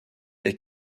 est